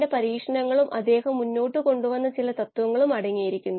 1 ൽ എത്തുകയും ചെയ്യുന്നു